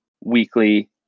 weekly